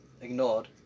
Ignored